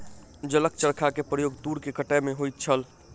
जलक चरखा के प्रयोग तूर के कटै में होइत छल